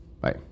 Bye